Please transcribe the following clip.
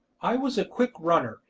i was a quick runner,